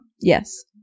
Yes